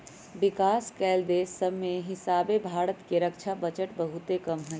विकास कएल देश सभके हीसाबे भारत के रक्षा बजट बहुते कम हइ